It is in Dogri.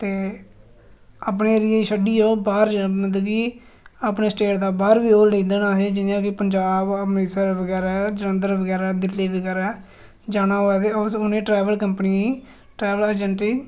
ते अपने एरिये गी छड्डियै बाह्र जंदे मतलब कि अपने स्टेट दे बाह्र लेई जंदे जि'यां कि पंजाब अमृतसर बगैरा जलंधर बगैरा दिल्ली बगैरा जाना होऐ ते ओह् तुस उ'नें ट्रैवल कंपनियें गी ट्रैवल एजेंटें गी